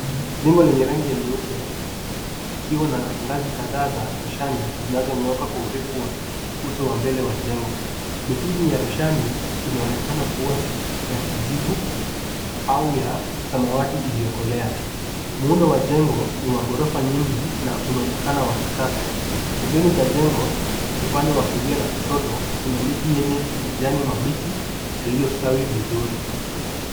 Jengo lenye rangi ya nyeupe, likiwa na ngazi kadhaa za roshani zinazonyooka kwa urefu wa uso wa mbele wa jengo. Mipini ya roshani inaonekana kuwa ya kijivu au ya samawati iliyokolea. Muundo wa jengo ni wa ghorofa nyingi na unaonekana wa kisasa. Pembeni za jengo upande wa kulia na kushoto, kuna miti yenye majani mabichi yaliyostawi vizuri.